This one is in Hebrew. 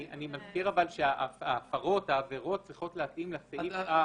אני מזכיר אבל שהעבירות צריכות להתאים לסעיף המהותי.